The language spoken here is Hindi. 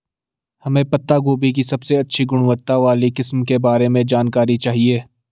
हमें पत्ता गोभी की सबसे अच्छी गुणवत्ता वाली किस्म के बारे में जानकारी चाहिए?